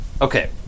Okay